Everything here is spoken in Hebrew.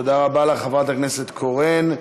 תודה רבה לך, חברת הכנסת קורן.